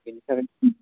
बेनिफ्राय